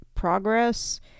Progress